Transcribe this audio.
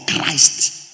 Christ